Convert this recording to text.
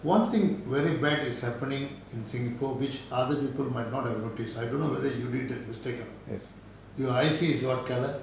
one thing very bad is happening in singapore which other people might not have noticed I don't know whether you did that mistake or not your I_C is what colour